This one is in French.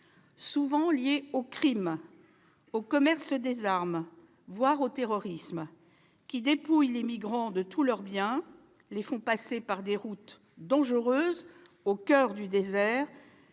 souvent liés au crime, au commerce des armes, voire au terrorisme, qui dépouillent les migrants de tous leurs biens, les font passer par des routes dangereuses au coeur du désert,